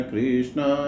Krishna